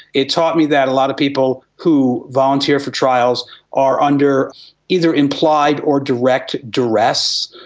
it taught me that a lot of people who volunteer for trials are under either implied or direct duress.